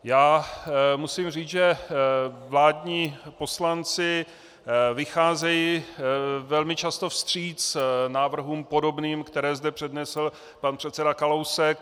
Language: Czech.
Já musím říct, že vládní poslanci vycházejí velmi často vstříc návrhům podobným, které zde přednesl pan předseda Kalousek.